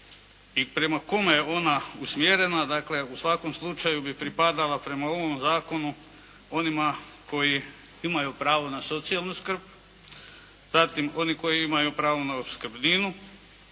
i prema kome je ona usmjerena, dakle u svakom slučaju bi pripadala prema ovom zakonu onima koji imaju pravo na socijalnu skrb, zatim oni koji imaju pravo na opskrbninu,